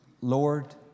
Lord